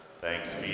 Thanks